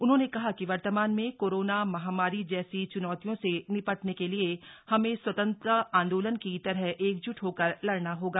उन्होंने कहा कि वर्तमान में कोरोना महामारी जैसी च्नौतियों से निपटने के लिए हमें स्वतंत्रता आंदोलन की तरह एकज्ट होकर लड़ना होगा